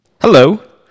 Hello